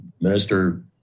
Minister